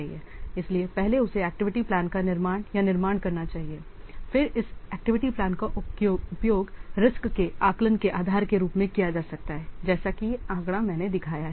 इसलिए पहले उसे एक्टिविटी प्लान का निर्माण या निर्माण करना चाहिए फिर इस एक्टिविटी प्लान का उपयोग रिस्क के आकलन के आधार के रूप में किया जा सकता है जैसा कि यह आंकड़ा मैंने दिखाया है